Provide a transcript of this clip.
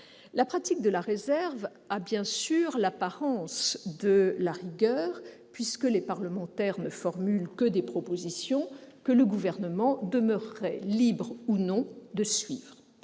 La pratique de la réserve a certes l'apparence de la rigueur, puisque les parlementaires ne formulent que des propositions que le Gouvernement demeurerait libre de suivre